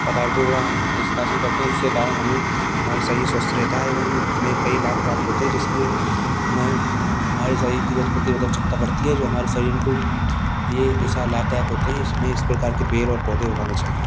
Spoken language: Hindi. पदार्थों का निष्कासन करते हैं जिसके कारण हमें हमारेशसरीर स्वस्थ रहता है एवं हमें कई लाभ प्राप्त होते हैं जिस की हमें हमारे शरीर की रोग प्रतिरोधक क्षमता बढ़ती है जो हमारे शरीर को लिए हमेशा लाभदायक होते हैं इस हमें इस प्रकार के बेल और पौधे उगाने चाहिए